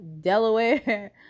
Delaware